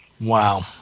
Wow